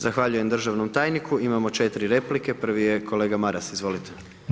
Zahvaljujem državnom tajniku, imamo 4 replike, prvi je kolega Maras, izvolite.